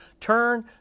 turn